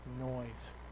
noise